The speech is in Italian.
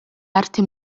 arte